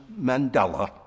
Mandela